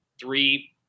three